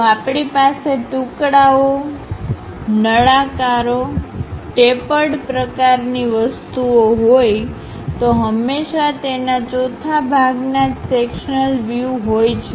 જો આપણી પાસે ટૂકડાઓ નળાકારો ટેપર્ડ પ્રકારની વસ્તુઓ હોયતો હંમેશા તેના ચોથા ભાગના જ સેક્શનલ વ્યુહોય છે